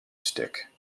stick